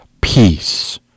peace